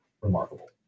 remarkable